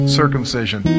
circumcision